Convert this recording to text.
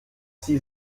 sie